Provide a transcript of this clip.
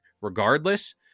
regardless